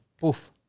poof